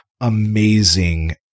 amazing